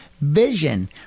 Vision